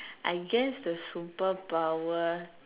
I guess the super power